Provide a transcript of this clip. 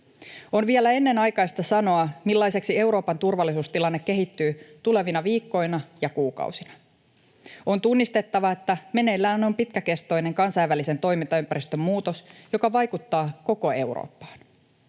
On vielä ennenaikaista sanoa, millaiseksi Euroopan turvallisuustilanne kehittyy tulevina viikkoina ja kuukausina. On tunnistettava, että meneillään on pitkäkestoinen kansainvälisen toimintaympäristön muutos, joka vaikuttaa koko Eurooppaan.